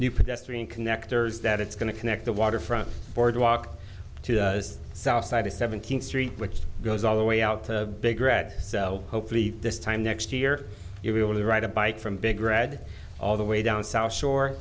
new pedestrian connectors that it's going to connect the waterfront boardwalk to the south side of seventeenth street which goes all the way out to big red cell hopefully this time next year you'll be able to ride a bike from big red all the way down south shore